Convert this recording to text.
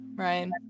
ryan